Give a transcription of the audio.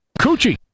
Coochie